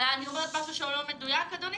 אני אומרת משהו שהוא לא מדויק, אדוני?